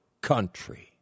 country